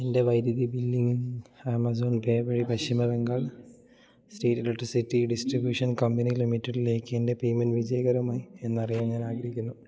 എൻറ്റെ വൈദ്യുതി ബില്ലിങ് ആമസോൺ പേ വഴി Paschim Bengal state electricity distribution company ലിമിറ്റഡിലേക്കെൻറ്റെ പേമെൻറ്റ് വിജയകരമായി എന്നറിയാൻ ഞാനാഗ്രഹിക്കുന്നു